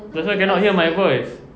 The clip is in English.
that's why cannot hear my voice